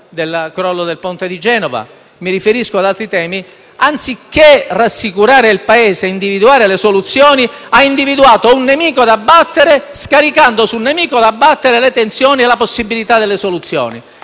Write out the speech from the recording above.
del crollo del ponte di Genova, come ad altri temi - anziché rassicurare il Paese e individuare le soluzioni, ha individuato un nemico da abbattere, sul quale ha scaricato le tensioni e la possibilità delle soluzioni.